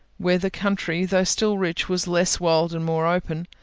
where the country, though still rich, was less wild and more open,